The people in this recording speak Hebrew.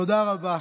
תודה רבה.